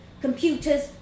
computers